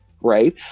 right